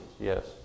yes